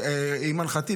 עם הרבה חורים,